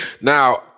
now